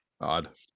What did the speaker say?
Odd